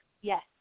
Yes